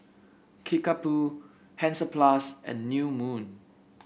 Kickapoo Hansaplast and New Moon